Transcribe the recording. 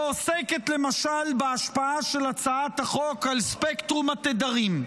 שעוסקת למשל בהשפעה של הצעת החוק על ספקטרום התדרים,